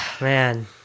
man